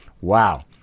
Wow